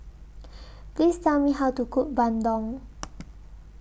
Please Tell Me How to Cook Bandung